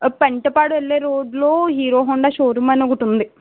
పెంటపాడు వెళ్ళే రోడ్డులో Hero Honda showroom అని ఒకటుంది